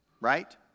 Right